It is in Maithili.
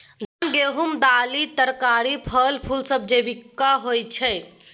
धान, गहूम, दालि, तरकारी, फल, फुल सब जैविक होई छै